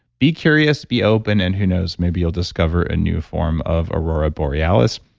be curious, be open and who knows, maybe you'll discover a new form of aurora borealis.